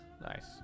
Nice